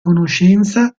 conoscenza